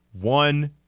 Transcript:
one